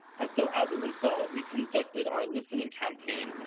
and so, as a result, we conducted our listening campaign,